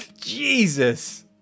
Jesus